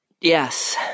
Yes